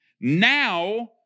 Now